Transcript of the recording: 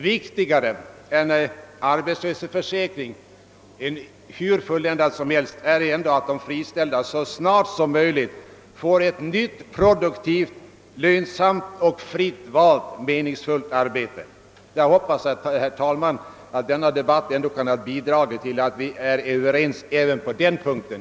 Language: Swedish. Viktigare än en arbetslöshetsförsäkring — hur fulländad den än är — är ändå att de friställda så snart som möjligt får ett nytt produktivt, lönsamt, fritt valt och meningsfullt arbete. Jag hoppas, herr talman, att denna debatt ändå kan ha bidragit till att vi är överens även på den punkten.